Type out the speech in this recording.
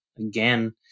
again